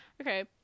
Okay